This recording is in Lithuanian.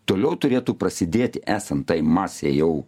toliau turėtų prasidėt esant tai masei jau